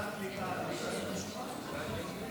השיווק של מוצרי טבק ועישון (תיקון,